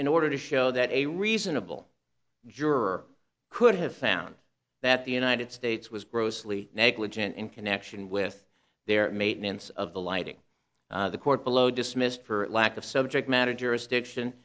in order to show that a reasonable juror could have found that the united states was grossly negligent in connection with their maintenance of the lighting the court below dismissed for lack of subject matter jurisdiction